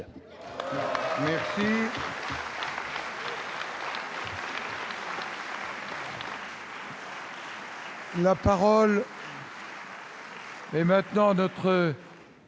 Merci. La parole est maintenant notre